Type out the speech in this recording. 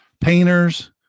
painters